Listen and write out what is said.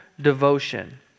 devotion